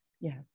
Yes